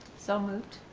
so moved.